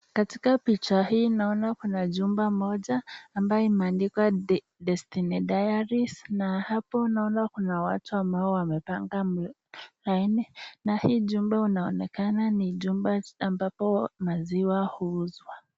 Katika picha hii naona kuna jumba moja ambayo imeandikwa Destiny Dailies ,na hapo naona kuna watu ambao wamepanga laini na hii jumba unaonekana ni jumba ambapo maziwa huuzwa.